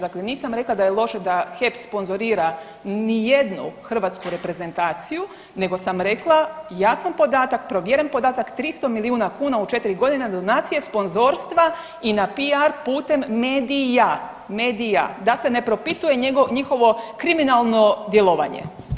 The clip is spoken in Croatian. Dakle, nisam rekla da je loše da HEP sponzorira ni jednu hrvatsku reprezentaciju, nego sam rekla jasan podatak, provjeren podatk 300 milijuna kuna u 4 godine donacije, sponzorstva i na PR putem medija, medija da se ne propituje njihovo kriminalno djelovanje.